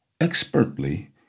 Expertly